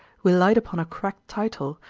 we light upon a cracked title,